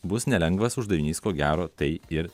bus nelengvas uždavinys ko gero tai ir